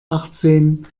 achtzenh